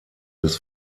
des